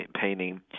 painting